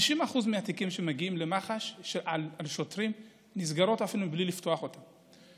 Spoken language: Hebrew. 50% מהתיקים שמגיעים למח"ש על שוטרים נסגרים אפילו בלי לפתוח אותם.